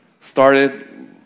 started